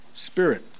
Spirit